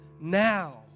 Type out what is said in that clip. now